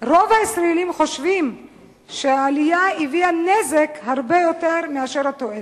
רוב הישראלים חושבים שהעלייה הביאה הרבה יותר נזק מאשר תועלת.